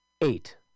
Eight